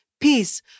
peace